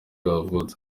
yavutse